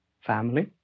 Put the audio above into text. family